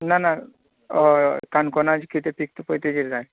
ना ना हय काणकोणा कितें पिकता पय तेजेर जाय